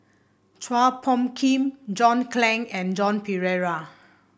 Chua Phung Kim John Clang and Joan Pereira